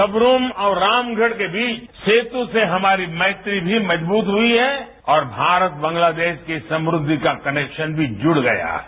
सबरूम और रामगढ़ के बीच सेत से हमारी मैत्री भी मजबूत हुई है और भारत बांलादेश की समृदि का कनेक्शन भी जुड़ गया है